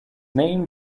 name